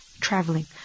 traveling